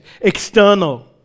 external